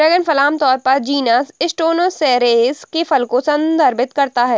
dragon फल आमतौर पर जीनस स्टेनोसेरेस के फल को संदर्भित करता है